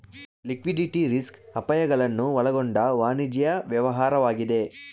liquidity risk ಅಪಾಯಗಳನ್ನು ಒಳಗೊಂಡ ವಾಣಿಜ್ಯ ವ್ಯವಹಾರವಾಗಿದೆ